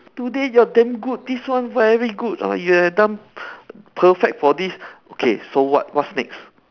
today you're damn good this one very good ah you have done perfect for this okay so what what's next